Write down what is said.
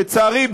לצערי,